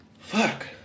Fuck